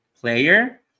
player